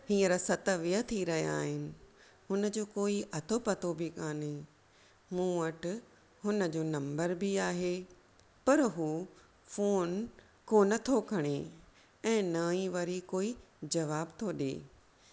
हींअर सत वीह थी रहिया आहिनि हुनजो कोई अतो पतो बि कान्हे मूं वटि हुनजो नंबर बि आहे पर उहो फोन कोन थो खणे ऐं ना ई वरी कोई जवाबु थो ॾे